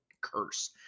curse